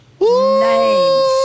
Names